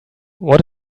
what